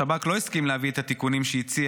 השב"כ לא הסכים להביא את התיקונים שהציע